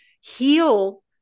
heal